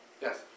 Yes